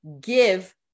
give